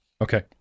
Okay